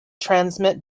transmit